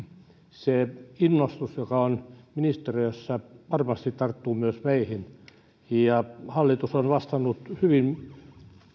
se innostus joka on ministeriössä varmasti tarttuu myös meihin ja hallitus on vastannut hyvin